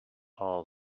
all